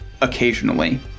occasionally